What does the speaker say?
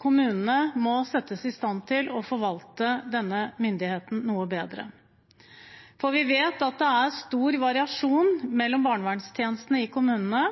kommunene må settes i stand til å forvalte denne myndigheten noe bedre, for vi vet at det er stor variasjon mellom barnevernstjenestene i kommunene.